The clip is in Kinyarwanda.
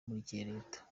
leta